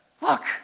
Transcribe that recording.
look